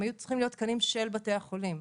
הם היו צריכים להיות תקנים של בתי החולים.